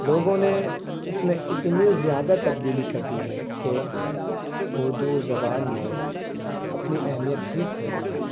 لوگوں نے اس میں اتنی زیادہ تبدیلی کر دی ہے کہ اردو زبان نے اپنی اہمیت ہی کھو دی ہے